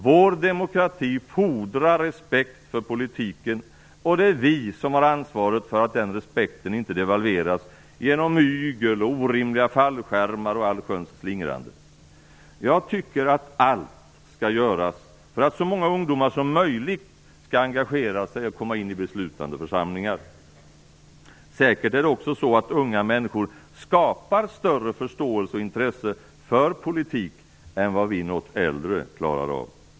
Vår demokrati fordrar respekt för politiken, och det är vi politiker som har ansvaret för att den respekten inte devalveras genom mygel, orimliga fallskärmar och allsköns slingrande. Jag tycker att allt skall göras för att så många ungdomar som möjligt skall engagera sig och komma in i beslutande församlingar. Säkert är det också så att unga människor skapar större förståelse och intresse för politik än vad vi något äldre klarar av.